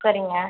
சரிங்க